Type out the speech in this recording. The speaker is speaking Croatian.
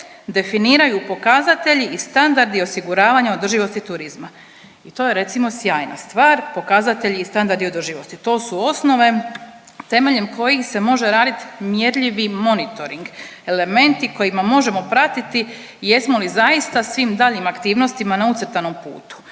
definiraju pokazatelji i standardi osiguravanja održivosti turizma i to je recimo sjajna stvar, pokazatelji i standardi održivosti i to su osnove temeljem kojih se može radit mjerljivi monitoring, elementi kojima možemo pratiti jesmo li zaista svim daljnjim aktivnostima na ucrtanom putu